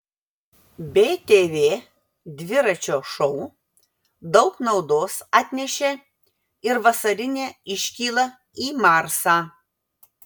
btv dviračio šou daug naudos atnešė ir vasarinė iškyla į marsą